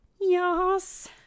Yes